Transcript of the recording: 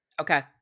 Okay